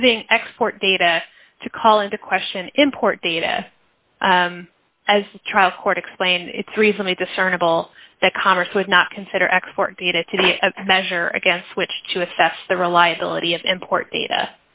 using export data to call into question import data as a trial court explain its recently discernible that congress would not consider export data to be a measure against which to assess the reliability of import data